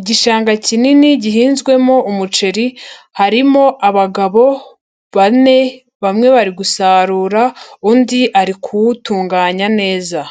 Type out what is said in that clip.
igishanga kinini gihinzwemo umuceri harimo abagabo bane, bamwe bari gusarura undi ari kuwutunganya neza.